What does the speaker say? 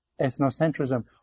ethnocentrism